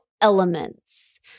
elements